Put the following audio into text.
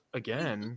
again